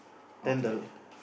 okay